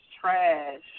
trash